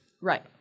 Right